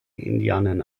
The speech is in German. indianern